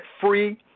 free